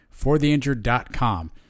fortheinjured.com